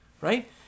right